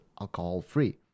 alcohol-free